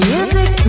Music